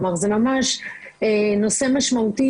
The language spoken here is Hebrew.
כלומר זה ממש נושא משמעותי,